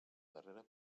darrera